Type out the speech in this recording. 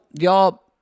y'all